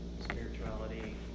spirituality